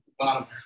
Bottom